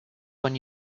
when